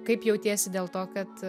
kaip jautiesi dėl to kad